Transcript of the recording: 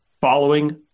following